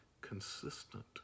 consistent